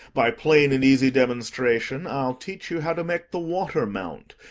by plain and easy demonstration i'll teach you how to make the water mount,